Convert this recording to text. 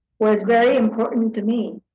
where it's very important to me.